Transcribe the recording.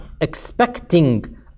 expecting